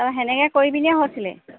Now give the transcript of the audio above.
আৰু সেনেকৈ কৰিব পিনি হৈছিলে